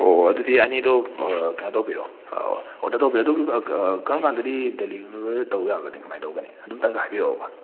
ꯑꯣ ꯑꯣ ꯑꯗꯨꯗꯤ ꯑꯅꯤꯗꯣ ꯀꯩꯅꯣ ꯇꯧꯕꯤꯔꯣ ꯑꯣꯗꯔ ꯇꯧꯕꯤꯔꯣ ꯑꯗꯨꯒ ꯀꯔꯝꯀꯥꯟꯗꯗꯤ ꯗꯦꯂꯤꯕꯔ ꯇꯧ ꯌꯥꯒꯅꯤ ꯀꯃꯥꯏ ꯇꯧꯒꯅꯤ ꯑꯗꯨꯇꯪꯒ ꯍꯥꯏꯕꯤꯔꯛꯑꯣꯕ